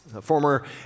former